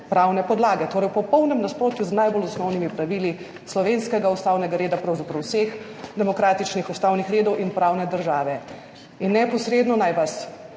pravne podlage, torej v popolnem nasprotju z najbolj osnovnimi pravili slovenskega ustavnega reda, pravzaprav vseh demokratičnih ustavnih redov in pravne države. In neposredno naj vas